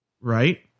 Right